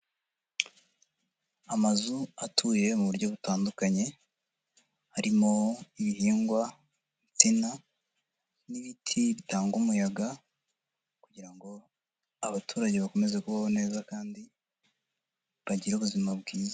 Amazu atuye mu buryo butandukanye, harimo ibihingwa, insina, n'ibiti bitanga umuyaga kugira ngo abaturage bakomeze kubaho neza kandi bagire ubuzima bwiza.